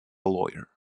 lawyer